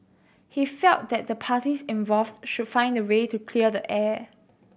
he felt that the parties involved should find a way to clear the air